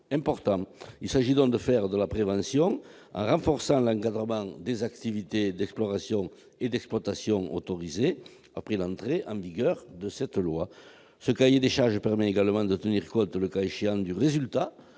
importants. Il s'agit donc de faire oeuvre de prévention en renforçant l'encadrement des activités d'exploration et d'exploitation autorisées après l'entrée en vigueur de ce projet de loi. Ce cahier des charges permettra également de tenir compte, le cas échéant, du résultat